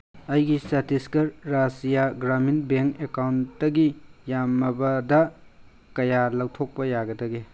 ꯑꯩꯒꯤ ꯆꯇꯤꯁꯒꯔ ꯔꯥꯖ꯭ꯌꯥ ꯒ꯭ꯔꯥꯃꯤꯟ ꯕꯦꯡ ꯑꯦꯀꯥꯎꯟꯗꯒꯤ ꯌꯥꯝꯃꯕꯗ ꯀꯌꯥ ꯂꯧꯊꯣꯛꯄ ꯌꯥꯒꯗꯒꯦ